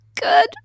good